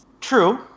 True